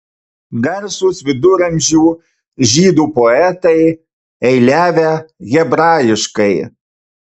garsūs viduramžių žydų poetai eiliavę hebrajiškai